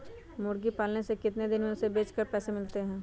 मुर्गी पालने से कितने दिन में हमें उसे बेचकर पैसे मिल सकते हैं?